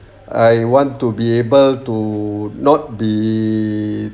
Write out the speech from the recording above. I want to be able to not be